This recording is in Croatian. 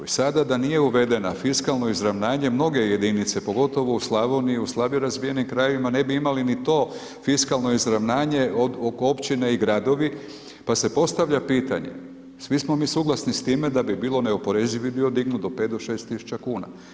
I sada da nije uvedena fiskalno izravnanje, mnoge jedinice, pogotovo u Slavoniji, u slabije razvijenim krajevima, ne bi imali ni to fiskalno izravnanje, od općine i gradovi, pa se postavlja pitanje, svi smo mi suglasni s time da bi bilo neoporezivi dio dignut do 5000-6000 kn.